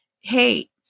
hey